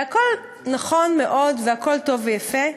והכול נכון מאוד והכול טוב ויפה,